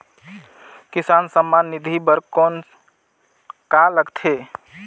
किसान सम्मान निधि बर कौन का लगथे?